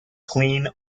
clean